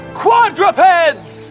quadrupeds